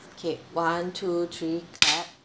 okay one two three clap